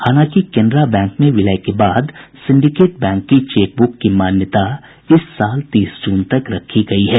हालांकि Canara bank में विलय के बाद सिंडिकेट बैंक की चेक बुक की मान्यता इस साल तीस जून तक रखी गयी है